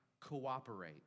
cooperate